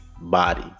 body